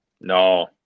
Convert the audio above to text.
No